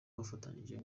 bafatanije